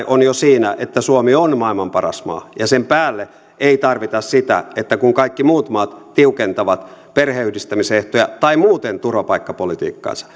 on jo siinä että suomi on maailman paras maa sen päälle ei tarvita sitä että kun kaikki muut maat tiukentavat perheenyhdistämisehtoja tai muuten turvapaikkapolitiikkaansa